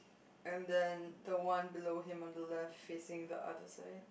and then the one below him on the left facing the other side